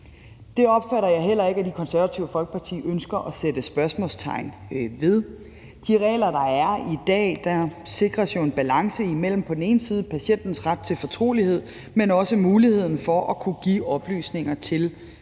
Det opfatter jeg heller ikke, at Det Konservative Folkeparti ønsker at sætte spørgsmålstegn ved. Med de regler, der er i dag, sikres jo en balance imellem på den ene side patientens ret til fortrolighed, men også muligheden for at kunne give oplysninger til de